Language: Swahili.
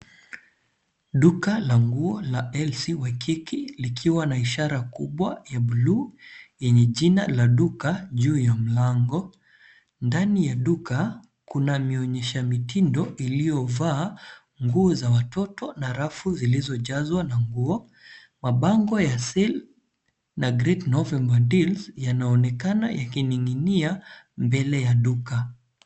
Duka la nguo la LC Waikiki likiwa na ishara kubwa ya bluu yenye jina la duka juu ya mlango. Ndani ya duka kuna mionyesha mitindo iliyovaa nguo za watoto na rafu zilizojazwa na nguo. Mabango ya Sale na Great November Deal yanaonekana yakining'inia mbele ya duka.